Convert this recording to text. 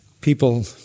people